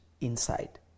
inside